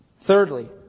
Thirdly